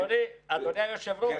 אדוני היושב-ראש,